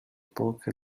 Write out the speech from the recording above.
poke